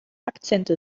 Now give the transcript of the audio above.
akzente